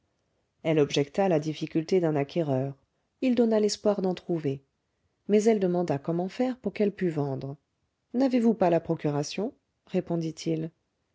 elle objecta la difficulté d'un acquéreur il donna l'espoir d'en trouver mais elle demanda comment faire pour qu'elle pût vendre n'avez-vous pas la procuration répondit-il